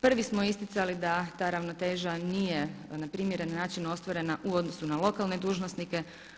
Prvi smo isticali da ta ravnoteža nije na primjeren način ostvarena u odnosu na lokalne dužnosnike.